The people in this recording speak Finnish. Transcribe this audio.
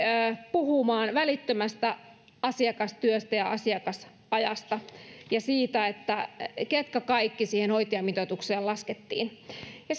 puhumaan välittömästä asiakastyöstä ja asiakasajasta ja siitä ketkä kaikki siihen hoitajamitoitukseen laskettiin ja